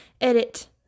edit